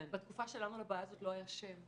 בתקופה שלנו לבעיה הזאת לא היה שם.